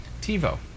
TiVo